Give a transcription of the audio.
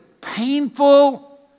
painful